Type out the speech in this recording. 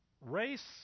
race